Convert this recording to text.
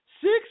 six